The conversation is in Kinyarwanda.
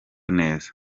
neza